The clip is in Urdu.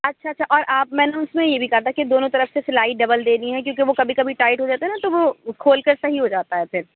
اچھا اچھا اور آپ میں نا اُس میں یہ بھی کہا تھا کہ دونوں طرف سے سِلائی ڈبل دینی ہے کیونکہ وہ کبھی کبھی ٹائٹ ہو جاتا ہے نا تو وہ کھول کر صحیح ہو جاتا ہے پھر